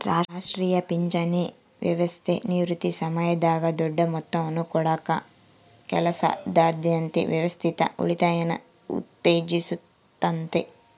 ರಾಷ್ಟ್ರೀಯ ಪಿಂಚಣಿ ವ್ಯವಸ್ಥೆ ನಿವೃತ್ತಿ ಸಮಯದಾಗ ದೊಡ್ಡ ಮೊತ್ತವನ್ನು ಕೊಡಕ ಕೆಲಸದಾದ್ಯಂತ ವ್ಯವಸ್ಥಿತ ಉಳಿತಾಯನ ಉತ್ತೇಜಿಸುತ್ತತೆ